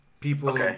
people